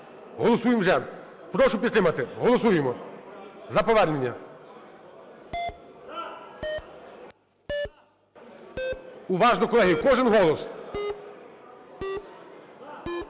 Голосуємо вже. Прошу підтримати. Голосуємо за повернення. Уважно, колеги, кожен голос.